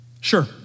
Sure